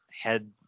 head